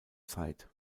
zeit